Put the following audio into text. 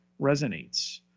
resonates